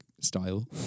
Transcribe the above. style